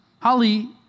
Holly